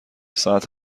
ساعت